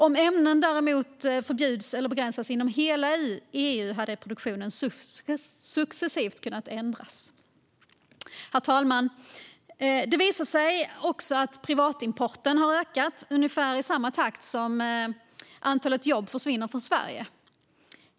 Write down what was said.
Om ämnen däremot skulle förbjudas eller begränsas inom hela EU skulle produktionen successivt kunna ändras. Herr talman! Det visar sig att privatimporten har ökat i ungefär samma takt som jobb har försvunnit från Sverige.